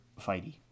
fighty